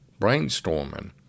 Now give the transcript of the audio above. brainstorming